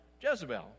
Jezebel